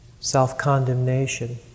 self-condemnation